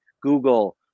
Google